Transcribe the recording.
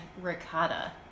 ricotta